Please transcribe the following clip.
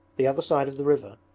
the other side of the river,